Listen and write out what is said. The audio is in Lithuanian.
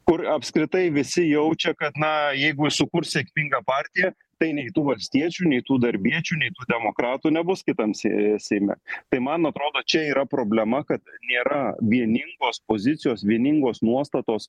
kur apskritai visi jaučia kad na jeigu sukurs sėkmingą partiją tai nei tų valstiečių nei tų darbiečių nei demokratų nebus kitam seime tai man atrodo čia yra problema kad nėra vieningos pozicijos vieningos nuostatos